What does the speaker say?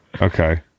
okay